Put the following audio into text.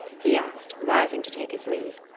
he asked, rising to take his leave.